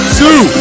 two